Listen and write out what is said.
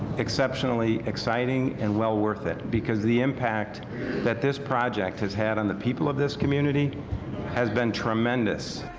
exceptionally exciting and well worth it because the impact that this project has had on the people of this community has been tremendous!